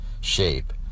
shape